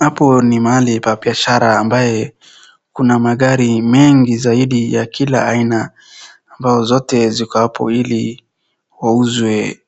Hapo ni mahali pa biashara ambaye kuna magari mengi zaidi ya kila aina ambao zote ziko hapo ili wauzwe.